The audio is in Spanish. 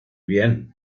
bien